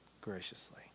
graciously